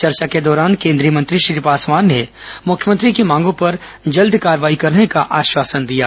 चर्चा के दौरान केंद्रीय मंत्री श्री पासवान ने मुख्यमंत्री की मांगों पर जल्द कार्रवाई करने का आश्वासन दिया है